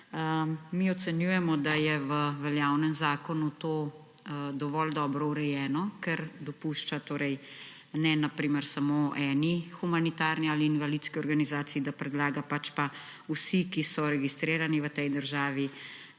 Mi ocenjujemo, da je v veljavnem zakonu to dovolj dobro urejeno, ker ne dopušča na primer samo eni humanitarni ali invalidski organizaciji, da predlaga, pač pa vsem, ki so registrirani v tej državi